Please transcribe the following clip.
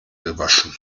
gewaschen